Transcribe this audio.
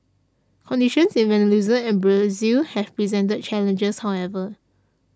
conditions in Venezuela and Brazil have presented challenges however